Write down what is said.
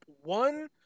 one